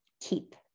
keep